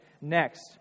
next